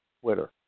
Twitter